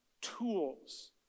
tools